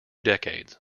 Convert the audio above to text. decades